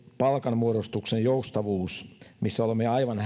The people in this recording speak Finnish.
palkanmuodostuksen joustavuudella missä olemme aivan